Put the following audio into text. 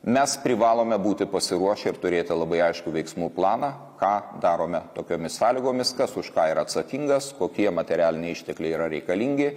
mes privalome būti pasiruošę ir turėti labai aiškų veiksmų planą ką darome tokiomis sąlygomis kas už ką yra atsakingas kokie materialiniai ištekliai yra reikalingi